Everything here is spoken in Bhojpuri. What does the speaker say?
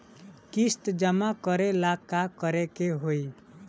किस्त जमा करे ला का करे के होई?